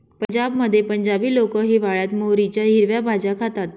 पंजाबमध्ये पंजाबी लोक हिवाळयात मोहरीच्या हिरव्या भाज्या खातात